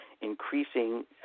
increasing